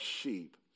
sheep